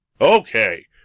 Okay